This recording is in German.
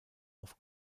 auf